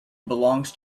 belongs